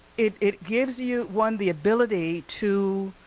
it it gives you, one, the ability to